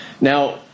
Now